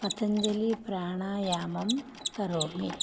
पतञ्जलिप्राणायामं करोमि